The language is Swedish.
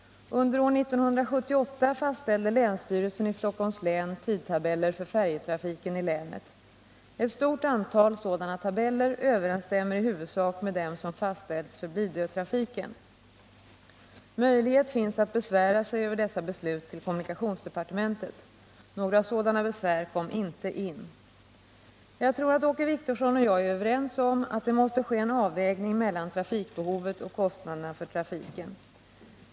Under år 1978 fastställde länsstyrelsen i Stockholms län tidtabeller för färjetrafiken i länet. Ett stort antal sådana tabeller överensstämmer i huvudsak med dem som fastställts för Blidötrafiken. Möjlighet finns att besvära sig över dessa beslut till kommunikationsdepartementet. Några sådana besvär kom inte in. Jag tror att Åke Wictorsson och jag är överens om att det måste ske en avvägning mellan trafikbehovet och kostnaderna för trafiken.